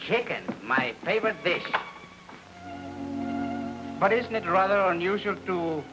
chicken my favorite but isn't it rather unusual to